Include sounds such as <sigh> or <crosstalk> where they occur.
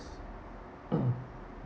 s~ <coughs>